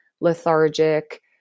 lethargic